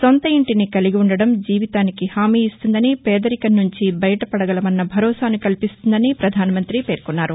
సొంత ఇంటిని కలిగివుండడం జీవితానికి హామీఇస్తుందని పేదరికం నుంచి ఐయటపడగలమన్న భరోసాను కల్పిస్తుందని పధానమంతి పేర్కొన్నారు